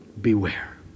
Beware